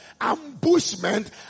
Ambushment